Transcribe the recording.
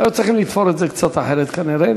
היו צריכים לתפור את זה קצת אחרת כנראה,